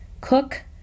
cook